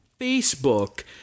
Facebook